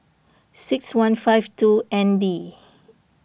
six one five two N D